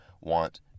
want